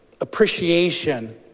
appreciation